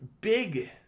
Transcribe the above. big